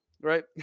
right